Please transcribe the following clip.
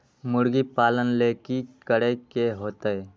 मुर्गी पालन ले कि करे के होतै?